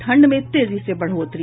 ठंड में तेजी से बढ़ोतरी